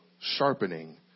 sharpening